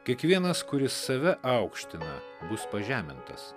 kiekvienas kuris save aukština bus pažemintas